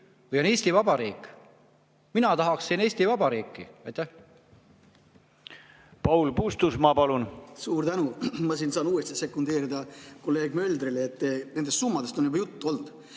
või on Eesti Vabariik. Mina tahaksin Eesti Vabariiki. Paul Puustusmaa, palun! Suur tänu! Ma saan uuesti sekundeerida kolleeg Möldrile. Nendest summadest on juba juttu olnud.